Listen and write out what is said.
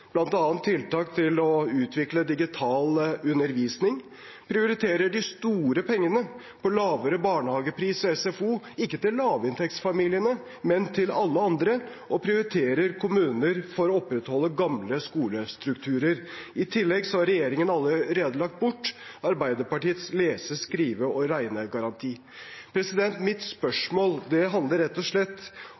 tiltak til å utvikle digital undervisning, prioriterer de store pengene på lavere barnehagepris og SFO – ikke til lavinntektsfamiliene, men til alle andre – og prioriterer kommuner for å opprettholde gamle skolestrukturer. I tillegg har regjeringen allerede lagt bort Arbeiderpartiets lese-, skrive- og regnegaranti. Mitt spørsmål handler rett og slett